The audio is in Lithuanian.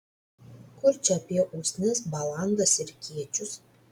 kur čia apie usnis balandas ir kiečius